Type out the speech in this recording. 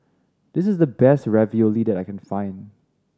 this is the best Ravioli that I can find